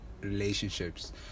relationships